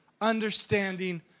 understanding